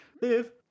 Live